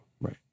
Right